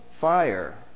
fire